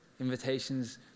Invitations